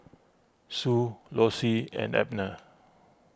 Sue Lossie and Abner